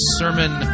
sermon